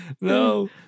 No